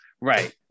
Right